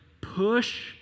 push